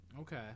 Okay